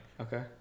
Okay